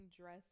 dress